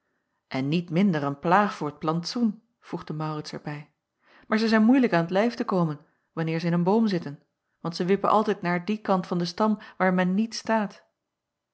en niet minder een plaag voor t plantsoen voegde maurits er bij maar zij zijn moeilijk aan t lijf te komen wanneer zij in een boom zitten want zij wippen altijd naar dien kant van den stam waar men niet staat